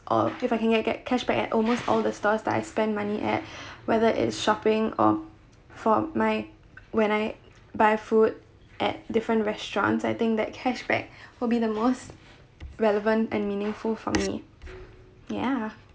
or if I can get get cashback at almost all the stores that I spend money at whether it's shopping or for my when I buy food at different restaurants I think that cashback will be the most relevant and meaningful for me ya